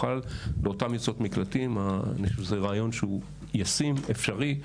אני חושב שזה רעיון שהוא ישים ואפשרי.